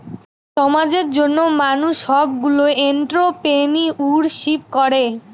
সমাজের জন্য মানুষ সবগুলো এন্ট্রপ্রেনিউরশিপ করে